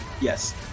Yes